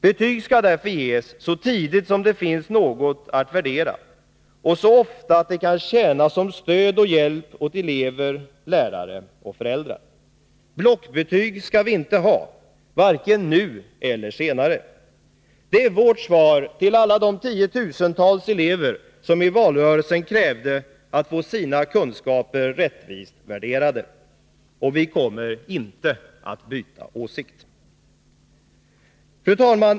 Betyg skall därför ges så tidigt som det finns något att värdera och så ofta att de kan tjäna som stöd och hjälp åt elever, lärare och föräldrar. Blockbetyg skall vi inte ha, varken nu eller senare. Det är vårt svar till alla de tiotusentals elever som i valrörelsen krävde att få sina kunskaper rättvist värderade. Och vi kommer inte att byta åsikt. Fru talman!